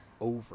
over